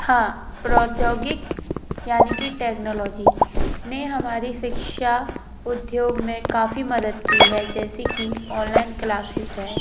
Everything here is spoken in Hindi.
हाँ प्रौद्योगिक यानि कि टेक्नोलॉजी ने हमारी शिक्षा उद्योग में काफ़ी मदद की है जैसे कि ऑनलाइन क्लासेज़ है